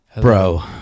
Bro